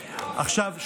בועז, בועז.